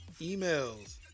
emails